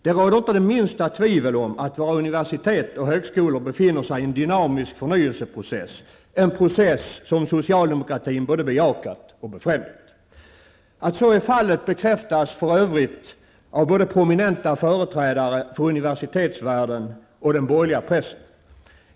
Det råder inte det minsta tvivel om att våra universitet och högskolor befinner sig i en dynamisk förnyelseprocess, en process som socialdemokratin både bejakat och befrämjat. Att så är fallet bekräftas för övrigt av både prominenta företrädare för universitetsvärlden och den borgerliga pressen.